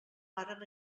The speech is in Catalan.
varen